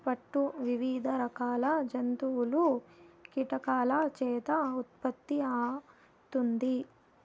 పట్టు వివిధ రకాల జంతువులు, కీటకాల చేత ఉత్పత్తి అవుతుంది